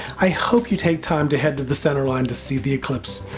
i hope you take time to head to the centerline to see the eclipse,